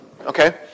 okay